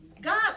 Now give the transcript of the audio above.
God